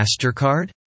MasterCard